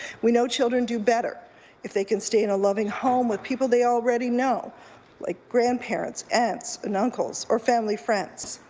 we know children do better if they can stay in a loving home with people they already know like grandparents, aunts, and uncles or family friends.